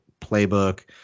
playbook